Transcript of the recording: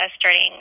starting